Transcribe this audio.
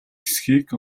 эсэхийг